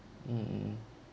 mm